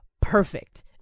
perfect